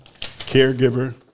caregiver